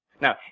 Now